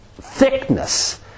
thickness